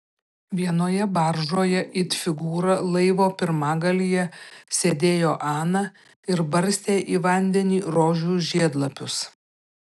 vienoje baržoje it figūra laivo pirmgalyje sėdėjo ana ir barstė į vandenį rožių žiedlapius